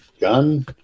gun